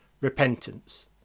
repentance